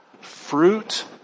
fruit